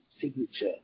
signature